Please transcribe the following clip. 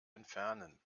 entfernen